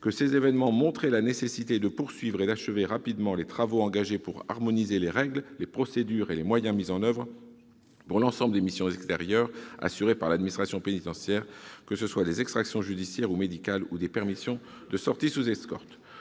que cet événement montrait « la nécessité de poursuivre et d'achever rapidement les travaux engagés pour harmoniser les règles, les procédures et les moyens mis en oeuvre pour l'ensemble des missions extérieures assurées par l'administration pénitentiaire, que ce soit des extractions judiciaires ou médicales ou des permissions de sortie sous escorte